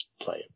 play